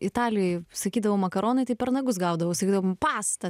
italijoj sakydavau makaronai tai per nagus gaudavau sakydavau pasta